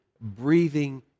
breathing